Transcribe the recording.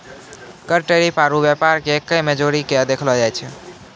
कर टैरिफ आरू व्यापार के एक्कै मे जोड़ीके देखलो जाए छै